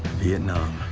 vietnam.